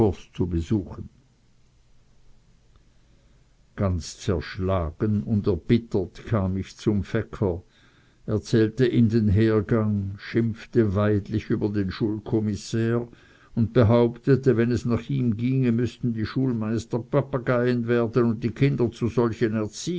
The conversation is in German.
zu besuchen ganz zerschlagen und erbittert kam ich zum fecker erzählte ihm den hergang schimpfte weidlich über den schulkommissär und behauptete wenn es nach ihm ginge müßten die schulmeister papageien werden und die kinder zu solchen